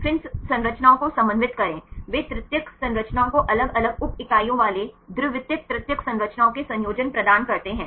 फिर संरचनाओं को समन्वित करें वे तृतीयक संरचनाओं को अलग अलग उप इकाइयों वाले द्वितीयक तृतीयक संरचनाओं के संयोजन प्रदान करते हैं